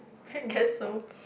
guess so